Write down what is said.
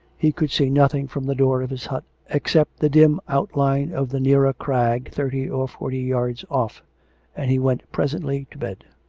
he could see nothing from the door of his hut except the dim outline of the nearer crag thirty or forty yards off and he went presently to bed.